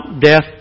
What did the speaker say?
death